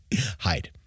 hide